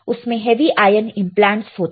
उसमें heavy ion implants होते हैं